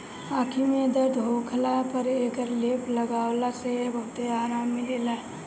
आंखी में दर्द होखला पर एकर लेप लगवला से बहुते आराम मिलेला